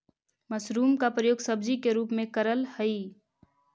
mushroom का प्रयोग सब्जी के रूप में करल हई